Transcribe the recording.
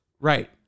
Right